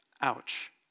ouch